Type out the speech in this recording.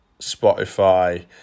spotify